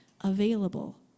available